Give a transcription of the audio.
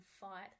fight